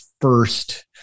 first